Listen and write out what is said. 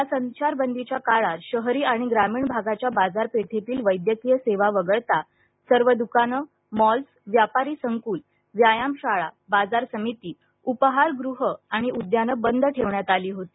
या संचारबंदीच्या काळात शहरी आणि ग्रामीण भागाच्या बाजारपेठेतील वैद्यकीय सेवा वगळता सर्व द्कानं मॉल्स व्यापारी संकुल व्यायामशाळा बाजार समिती उपहारगृह आणि उद्यानं बंद ठेवण्यात आली होती